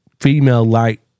Female-like